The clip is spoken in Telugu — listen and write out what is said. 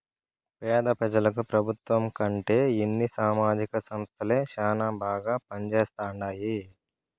పేద పెజలకు పెబుత్వం కంటే కొన్ని సామాజిక సంస్థలే శానా బాగా పంజేస్తండాయి